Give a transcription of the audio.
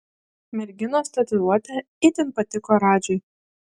merginos tatuiruotė itin patiko radžiui